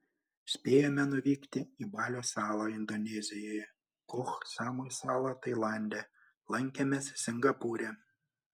spėjome nuvykti į balio salą indonezijoje koh samui salą tailande lankėmės singapūre